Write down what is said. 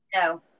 No